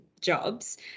jobs